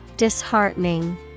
Disheartening